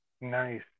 Nice